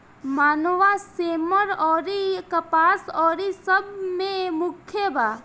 मनवा, सेमर अउरी कपास अउरी सब मे मुख्य बा